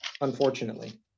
unfortunately